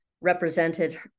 represented